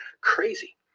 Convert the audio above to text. crazy